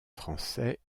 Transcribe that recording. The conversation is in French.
français